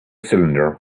cylinder